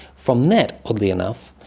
from that, oddly enough,